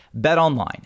BetOnline